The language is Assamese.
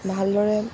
ভালদৰে